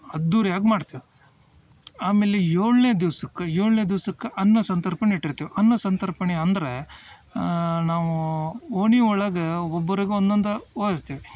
ಅದ್ದೂರಿಯಾಗಿ ಮಾಡ್ತೀವಿ ಆಮೇಲೆ ಏಳನೇ ದಿವ್ಸಕ್ಕೆ ಏಳನೇ ದಿವಸಕ್ಕೆ ಅನ್ನ ಸಂತರ್ಪಣೆ ಇಟ್ಟಿರ್ತೀವಿ ಅನ್ನ ಸಂತರ್ಪಣೆ ಅಂದರೆ ನಾವು ಓಣಿ ಒಳಗೆ ಒಬ್ಬರಿಗೆ ಒನ್ನೊಂದು ವಹಿಸ್ತೀವಿ